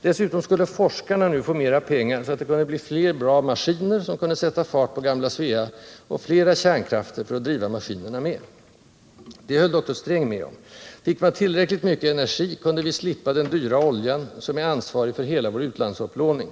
Dessutom skulle forskarna nu få mera pengar så att det kunde bli fler bra maskiner, som kunde sätta fart på gamla Svea, och flera kärnkrafter för att driva maskinerna med. Det höll doktor Sträng med om: fick man tillräckligt mycket energi kunde vi slippa den dyra oljan, som är ansvarig för hela vår utlandsupplåning.